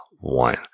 one